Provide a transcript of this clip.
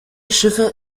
schiffe